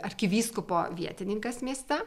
arkivyskupo vietininkas mieste